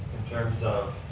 in terms of.